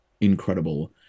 incredible